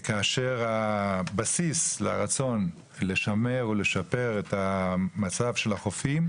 כאשר הבסיס לרצון לשמר ולשפר את המצב של החופים,